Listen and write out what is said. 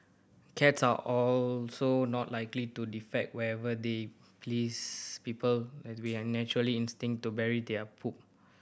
cats are also not likely to defecate wherever they please people an natural instinct to bury their poop